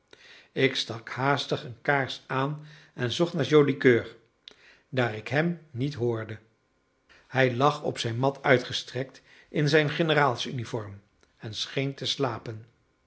ik stak haastig een kaars aan en zocht naar joli coeur daar ik hem niet hoorde hij lag op zijn mat uitgestrekt in zijn generaalsuniform en scheen te slapen